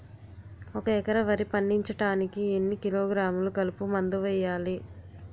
ఒక ఎకర వరి పండించటానికి ఎన్ని కిలోగ్రాములు కలుపు మందు వేయాలి?